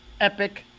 epic